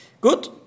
Good